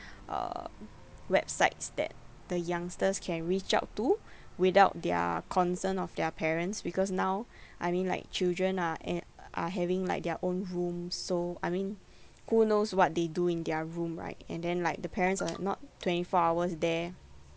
uh websites that the youngsters can reach out to without their consent of their parents because now I mean like children are at are having like their own rooms so I mean who knows what they do in their room right and then like the parents are not twenty four hours there